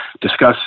discuss